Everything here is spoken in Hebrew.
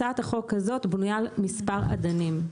הצעת החוק הזאת בנויה על מספר אדנים,